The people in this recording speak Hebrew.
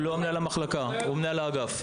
הוא לא מנהל המחלקה, הוא מנהל האגף.